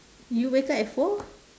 you wake up at four